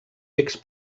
becs